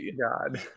God